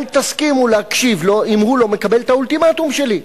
אל תסכימו להקשיב לו אם הוא לא מקבל את האולטימטום שלי.